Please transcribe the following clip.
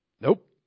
nope